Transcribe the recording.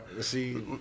See